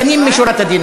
לפנים משורת הדין,